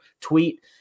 tweet